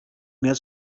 mehr